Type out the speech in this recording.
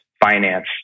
finance